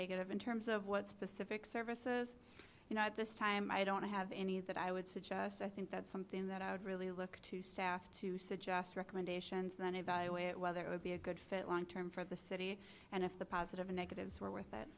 negative in terms of what specific services you know at this time i don't have any that i would suggest i think that's something that i would really look to staff to suggest recommendations that evaluate whether it would be a good fit long term for the city and if the positive negatives were with